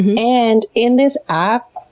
and in this app,